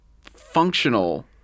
functional